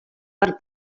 per